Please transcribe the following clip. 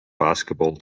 basketball